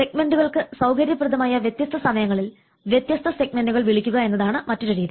സെഗ്മെന്റുകൾക്ക് സൌകര്യപ്രദമായ വ്യത്യസ്ത സമയങ്ങളിൽ വ്യത്യസ്ത സെഗ്മെന്റുകൾ വിളിക്കുക എന്നതാണ് മറ്റൊരു രീതി